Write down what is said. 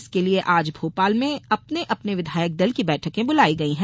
इसके लिये आज भोपाल में अपने अपने विधायक दल की बैठकें बुलाई गई हैं